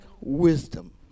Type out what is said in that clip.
wisdom